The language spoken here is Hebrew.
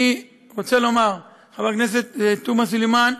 אני רוצה לומר, חברת כנסת תומא סלימאן: